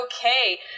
Okay